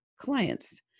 clients